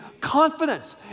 confidence